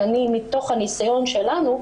ואני מתוך הניסיון שלנו,